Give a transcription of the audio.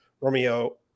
Romeo